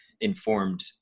informed